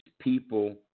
people